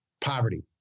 poverty